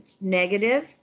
negative